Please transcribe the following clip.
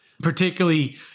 Particularly